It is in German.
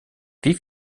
wie